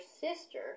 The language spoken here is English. sister